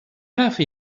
have